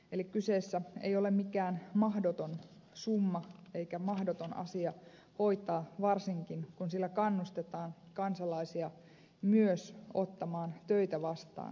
eli kyseessä ei ole mikään mahdoton summa eikä mahdoton asia hoitaa varsinkin kun sillä kannustetaan kansalaisia myös ottamaan töitä vastaan